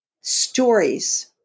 stories